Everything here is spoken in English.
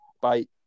Bye